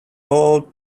all